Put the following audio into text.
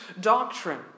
doctrine